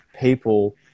people